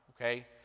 Okay